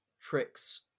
tricks